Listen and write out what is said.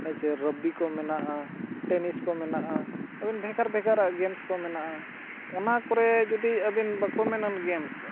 ᱦᱮᱸ ᱥᱮ ᱨᱚᱵᱵᱤ ᱠᱚ ᱢᱮᱱᱟᱜᱼᱟ ᱴᱮᱱᱤᱥ ᱠᱚ ᱢᱮᱱᱟᱜᱼᱟ ᱟᱹᱵᱤᱱ ᱵᱷᱮᱜᱟᱨ ᱵᱷᱮᱜᱟᱨᱟᱜ ᱜᱮᱢᱥ ᱠᱚ ᱢᱮᱱᱟᱜᱼᱟ ᱚᱱᱟ ᱠᱚᱨᱮ ᱡᱩᱫᱤ ᱟᱹᱵᱤᱱ ᱵᱟᱠᱚ ᱢᱮᱱᱟ ᱜᱮᱢᱥ